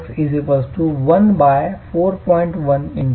jx14